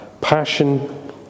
passion